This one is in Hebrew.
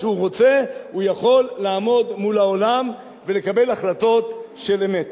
כשהוא רוצה הוא יכול לעמוד מול העולם ולקבל החלטות של אמת.